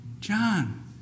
John